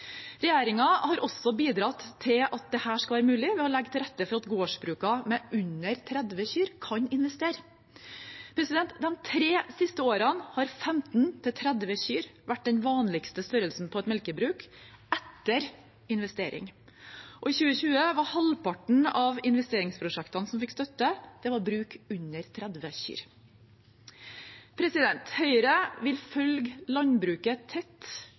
har bidratt til at dette skal være mulig ved å legge til rette for at gårdsbrukene med under 30 kyr kan investere. De tre siste årene har 15–30 kyr vært den vanligste størrelsen på et melkebruk – etter investering – og i 2020 var halvparten av investeringsprosjektene som fikk støtte, bruk under 30 kyr. Høyre vil følge landbruket tett